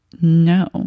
no